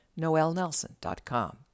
noelnelson.com